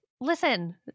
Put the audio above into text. Listen